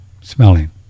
smelling